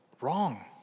wrong